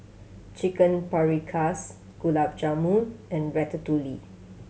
Chicken Paprikas Gulab Jamun and Ratatouille